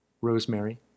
rosemary